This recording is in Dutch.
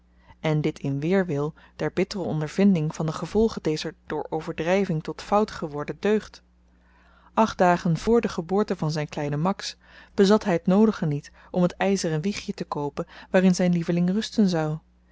en dit in weerwil der bittere ondervinding van de gevolgen dezer door overdryving tot fout geworden deugd acht dagen vr de geboorte van zyn kleinen max bezat hy t noodige niet om t yzeren wiegje te koopen waarin zyn lieveling rusten zou